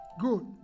Good